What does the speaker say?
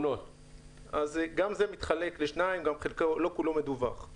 גם זה מתחלק לשניים לא כולו מדווח.